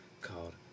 called